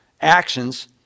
actions